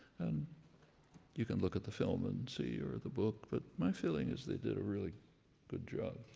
and you can look at the film and see, or the book, but my feeling is they did a really good job.